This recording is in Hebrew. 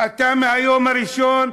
אתה מהיום הראשון,